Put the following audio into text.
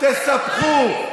תספחו.